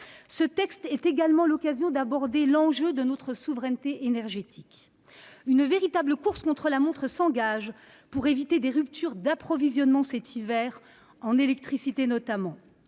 Ce texte est également l'occasion d'aborder l'enjeu de notre souveraineté énergétique. Une véritable course contre la montre s'engage pour éviter cet hiver des ruptures d'approvisionnement, en électricité notamment.